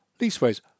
Leastways